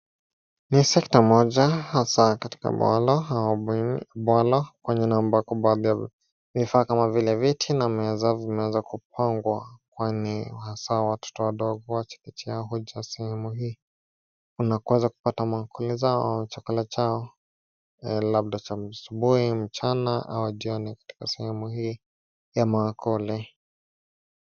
Ni sekta moja hasa katika bwala au bweni kwenye na ambako baadhi ya vifaa kama vile miti na meza zimeweza kupangwa kwani hasaa watoto wadogo wa chekechea huja sehemu hii na kuweza kupata maakuli zao ama chakula chao labda cha asubuhi, mchana au jioni katika sehemu hii ya maakuli.